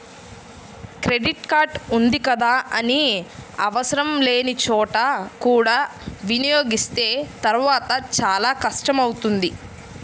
credit card ఉంది కదా అని ఆవసరం లేని చోట కూడా వినియోగిస్తే తర్వాత చాలా కష్టం అవుతుంది